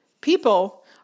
people